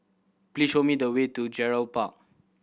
please show me the way to Gerald Park